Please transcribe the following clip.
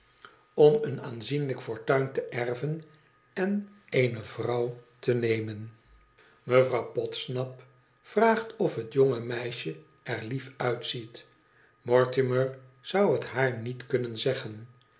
om een aanzienlijk fortuin te erven en eene vrouw te nemen mevrouw podsnap vraagt ofhetjodge meisje er lief uitziet mortimer zoxk het haar niet kunnen zeggen